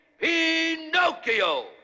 Pinocchio